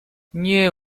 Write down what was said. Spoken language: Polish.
nie